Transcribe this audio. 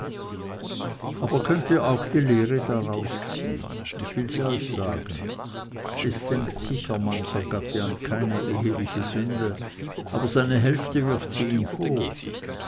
aber könnt ihr auch die lehre daraus ziehen ich will sie euch sagen es denkt sicher mancher gatte an keine eheliche sünde aber seine hälfte wirft sie ihm vor